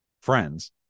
friends